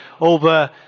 over